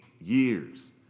years